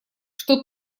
что